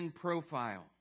profile